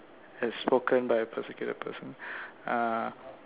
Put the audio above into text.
as spoken by a persecuted person uh